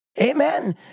Amen